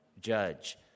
judge